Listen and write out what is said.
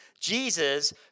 Jesus